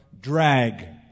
drag